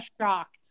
shocked